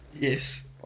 yes